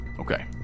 Okay